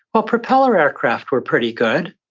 well, propeller aircraft were pretty good.